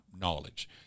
knowledge